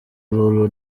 lulu